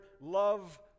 love